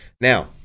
Now